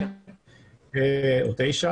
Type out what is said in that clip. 2009. או 2009,